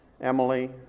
Emily